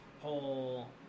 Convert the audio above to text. whole